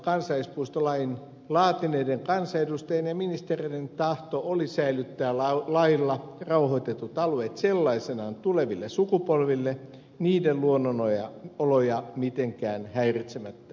kansallispuistolain laatineiden kansanedustajien ja ministereiden tahto oli säilyttää lailla rauhoitetut alueet sellaisinaan tuleville sukupolville niiden luonnonoloja mitenkään häiritsemättä